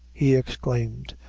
he exclaimed,